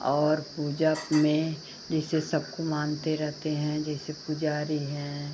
और पूजा में जैसे सबको मानते रहते हैं जैसे पूजारी हैं